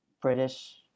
British